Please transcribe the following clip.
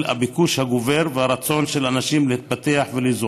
הביקוש הגובר והרצון של אנשים להתפתח וליזום,